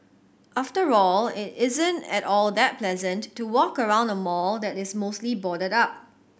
after all it isn't at all that pleasant to walk around a mall that is mostly boarded up